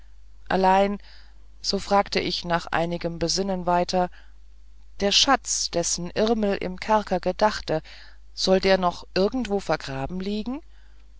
allein so fragte ich nach einigem besinnen weiter der schatz dessen irmel im kerker gedachte soll der noch irgendwo vergraben liegen